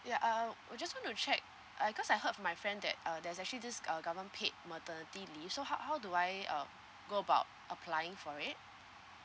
ya uh I just want to check I cause I heard from my friend that uh there's actually this uh government paid maternity leave so how how do I um go about applying for it